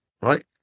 right